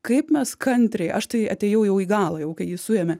kaip mes kantriai aš tai atėjau jau į galą jau kai jį suėmė